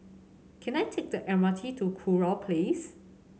can I take the M R T to Kurau Place